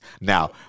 Now